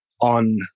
on